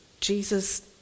Jesus